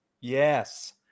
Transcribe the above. Yes